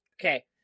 Okay